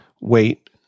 wait